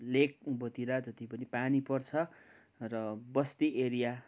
लेक उँभोतिर जति पनि पानी पर्छ र बस्ती एरिया